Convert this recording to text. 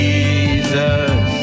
Jesus